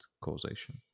causation